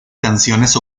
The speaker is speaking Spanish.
canciones